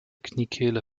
kniekehle